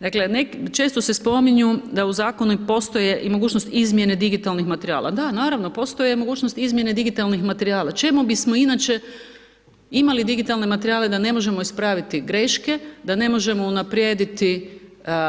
Dakle, često se spominju da u zakonu i postoje i mogućnost izmjene digitalnih materijala, da naravno postoje mogućnosti izmjene digitalnih materijala, čemu bismo inače imali digitalne materijale da ne možemo ispraviti greške, da ne možemo unaprijediti